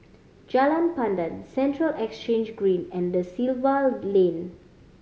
Jalan Pandan Central Exchange Green and Da Silva Lane